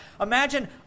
Imagine